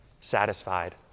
satisfied